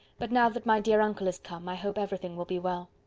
but now that my dear uncle is come, i hope everything will be well.